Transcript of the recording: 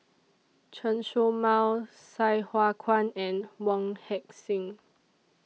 Chen Show Mao Sai Hua Kuan and Wong Heck Sing